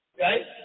Right